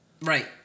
right